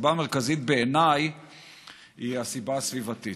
היא הסיבה הסביבתית.